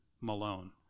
Malone